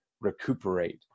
recuperate